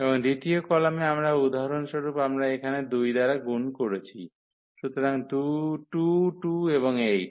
এবং দ্বিতীয় কলামে আমরা উদাহরণস্বরূপ আমরা এখানে 2 দ্বারা গুণ করেছি সুতরাং 2 2 এবং 8